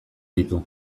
ditu